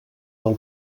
del